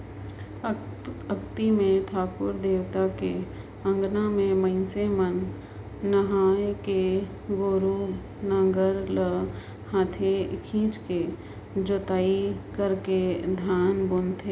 अक्ती मे ठाकुर देवता के अंगना में मइनसे मन नहायके गोरू नांगर ल हाथे खिंचके जोताई करके धान बुनथें